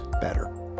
better